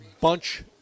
bunch